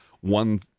one